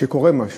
שקורה משהו.